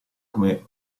come